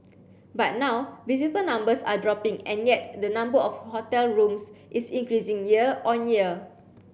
but now visitor numbers are dropping and yet the number of hotel rooms is increasing year on year